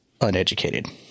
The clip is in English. uneducated